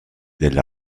del